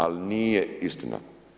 Ali nije istina.